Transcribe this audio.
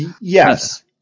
Yes